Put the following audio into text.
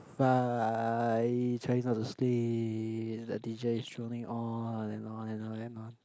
trying not to sleep the teacher is droning on and on and on and on